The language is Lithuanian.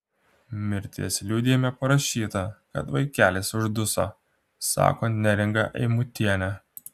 mirties liudijime parašyta kad vaikelis užduso sako neringa eimutienė